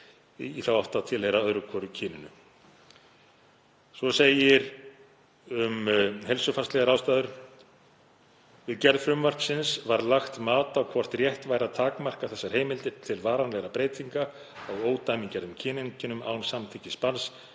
í þá átt að tilheyra öðru hvoru kyninu. Svo segir um heilsufarslegar ástæður: „Við gerð frumvarpsins var lagt mat á hvort rétt væri að takmarka þessar heimildir til varanlegra breytinga á ódæmigerðum kyneinkennum án samþykkis barns